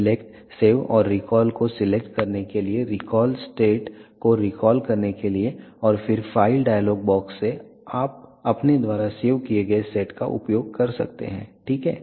select save और recall को select करने के लिए रिकॉल स्टेट को रिकॉल करने के लिए और फिर फाइल डायलॉग बॉक्स से आप अपने द्वारा सेव किए गए सेट का उपयोग कर सकते हैं ठीक है